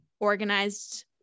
organized